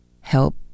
help